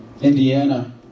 Indiana